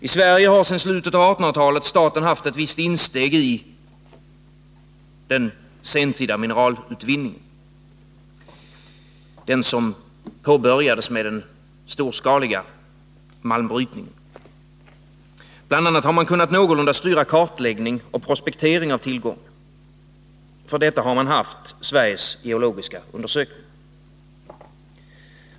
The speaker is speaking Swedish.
I Sverige har sedan slutet av 1800-talet staten haft ett visst insteg i sentida mineralutvinning — den som påbörjades med den storskaliga malmbrytningen. Bl. a. har man kunnat någorlunda styra kartläggning och prospektering av tillgångar. För detta har man haft Sveriges geologiska undersökning.